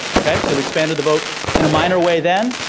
okay, so we expanded the vote in a minor way then.